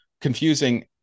confusing